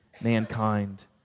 mankind